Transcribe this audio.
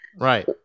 Right